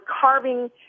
carving